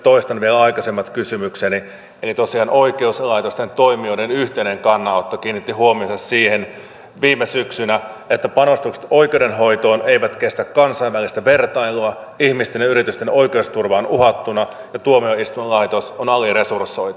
toistan vielä aikaisemmat kysymykseni eli tosiaan oikeuslaitosten toimijoiden yhteinen kannanotto kiinnitti huomionsa siihen viime syksynä että panostukset oikeudenhoitoon eivät kestä kansainvälistä vertailua ihmisten ja yritysten oikeusturva on uhattuna ja tuomioistuinlaitos on aliresursoitu